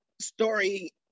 story